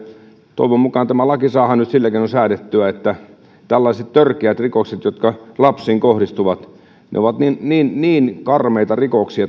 toivon mukaan tämä laki saadaan nyt sillä keinoin säädettyä että tällaisista törkeistä rikoksista jotka lapsiin kohdistuvat ne ovat niin niin karmeita rikoksia